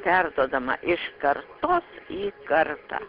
perduodama iš kartos į kartą